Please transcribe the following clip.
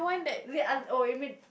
wait uh oh you mean